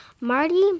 Marty